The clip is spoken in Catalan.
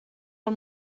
del